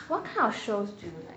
what kind of shows do you like